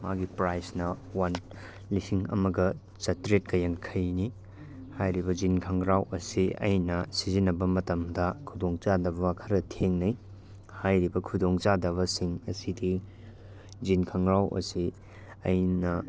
ꯃꯥꯒꯤ ꯄ꯭ꯔꯥꯏꯁꯅ ꯋꯥꯟ ꯂꯤꯁꯤꯡ ꯑꯃꯒ ꯆꯥꯇꯔꯦꯠꯀ ꯌꯥꯡꯈꯩꯅꯤ ꯍꯥꯏꯔꯤꯕ ꯖꯤꯟ ꯈꯣꯡꯒ꯭ꯔꯥꯎ ꯑꯁꯤ ꯑꯩꯅ ꯁꯤꯖꯤꯟꯅꯕ ꯃꯇꯝꯗ ꯈꯨꯗꯣꯡꯆꯥꯗꯕ ꯈꯔ ꯊꯦꯡꯅꯩ ꯍꯥꯏꯔꯤꯕ ꯈꯨꯗꯣꯡꯆꯥꯗꯕꯁꯤꯡ ꯑꯁꯤꯗꯤ ꯖꯤꯟ ꯈꯣꯡꯒ꯭ꯔꯥꯎ ꯑꯁꯤ ꯑꯩꯅ